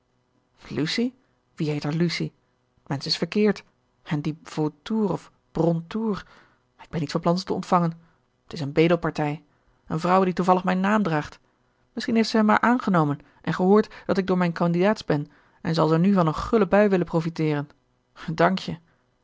wie heet er lucie t mensch is verkeerd en dien vautour of brontour ik ben niet van plan ze te ontvangen t is een bedelpartij een vrouw die toevallig mijn naam draagt misschien heeft ze hem maar aangenomen en gehoord dat ik door mijn kandidaats ben en zal ze nu van een gulle bui willen profiteren dankje